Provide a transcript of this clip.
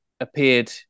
appeared